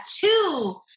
two